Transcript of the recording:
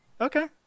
Okay